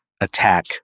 attack